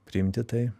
priimti tai